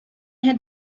had